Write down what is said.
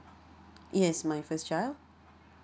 yes my first child